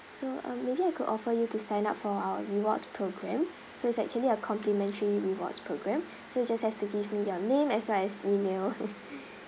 so um maybe I could offer you to sign up for our rewards program so it's actually a complimentary rewards program so you just have to give me your name as well as email